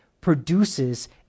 produces